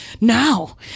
now